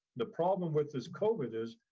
the problem with this covid is,